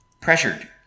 pressured